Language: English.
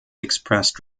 expressed